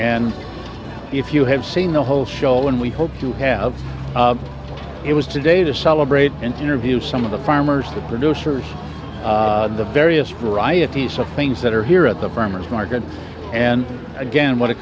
and if you have seen the whole show and we hope to have it was today to celebrate interview some of the farmers the producers the various varieties of things that are here at the farmer's market and again what it